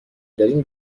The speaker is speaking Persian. دارین